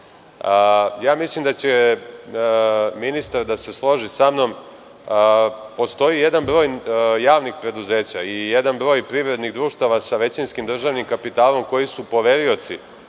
kapitalom. Mislim da će ministar da se složi sa mnom. Postoji jedan broj javnih preduzeća i jedan broj privrednih društava sa većinskim državnim kapitalom koji su poverioci